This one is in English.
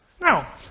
Now